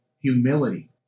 humility